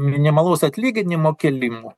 minimalaus atlyginimo kėlimu